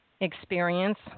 experience